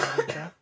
हां